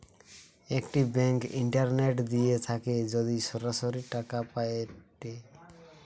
একটি bank internet দিয়ে থাকে যদি সরাসরি টাকা পায়েটে